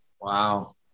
Wow